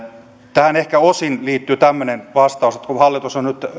tähän ehkä osin liittyy tämmöinen vastaus että